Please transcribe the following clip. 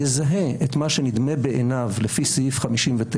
יזהה את מה שנדמה בעיניו לפי סעיף 59,